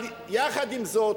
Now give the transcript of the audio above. אבל יחד עם זאת,